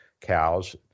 cows